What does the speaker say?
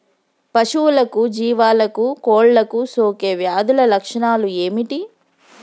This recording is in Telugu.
పశువులకు జీవాలకు కోళ్ళకు సోకే వ్యాధుల లక్షణాలు ఏమిటి?